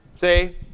see